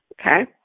Okay